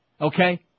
Okay